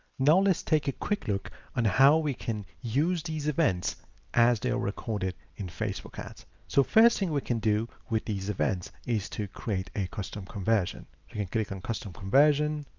now let's take a quick look on how we can use these events as they are recorded in facebook ads. so first thing we can do with these events is to create a custom conversion, we can click on custom conversion,